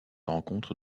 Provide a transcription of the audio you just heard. rencontrent